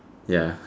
ya